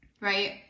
Right